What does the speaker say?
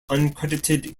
uncredited